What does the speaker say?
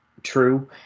true